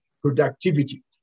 productivity